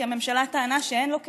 כי הממשלה טענה שאין בשבילו כסף,